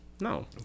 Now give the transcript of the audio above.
No